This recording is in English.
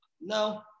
No